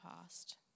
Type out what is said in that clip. past